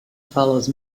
follows